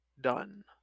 done